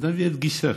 אז נביא את גיסך.